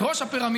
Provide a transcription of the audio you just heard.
את ראש הפירמידה,